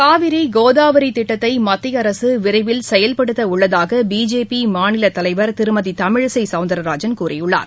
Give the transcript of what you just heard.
காவிரி கோதாவரி திட்டத்தை மத்திய அரசு விரைவில் செயல்படுத்த உள்ளதாக பிஜேபி மாநிலத் தலைவர் திருமதி தமிழிசை சௌந்தரராஜன் கூறியுள்ளார்